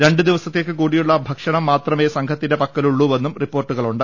രണ്ട് ദിവസത്തേക്ക് കൂടിയുള്ള ഭക്ഷണം മാത്രമേ സംഘത്തിന്റെ പക്കലുള്ളൂവെന്നും റിപ്പോർട്ടുകളുണ്ട്